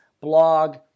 blog